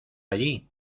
allí